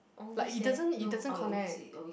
always eh no I always uh always